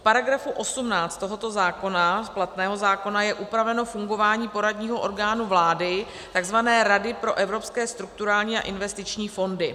V § 18 tohoto zákona, platného zákona, je upraveno fungování poradního orgánu vlády, takzvané Rady pro evropské strukturální a investiční fondy.